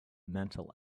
mental